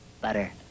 Butter